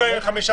מ-35.